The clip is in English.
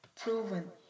proven